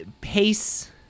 Pace